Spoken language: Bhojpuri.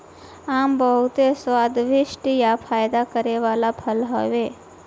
आम बहुते स्वादिष्ठ आ फायदा करे वाला फल हवे